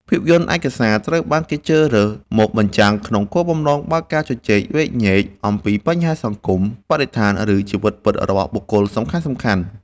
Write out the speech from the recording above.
ភាពយន្តឯកសារ ត្រូវបានគេជ្រើសរើសមកបញ្ចាំង ក្នុងគោលបំណងបើកការជជែកវែកញែកអំពីបញ្ហាសង្គម បរិស្ថាន ឬជីវិតពិតរបស់បុគ្គលសំខាន់ៗ។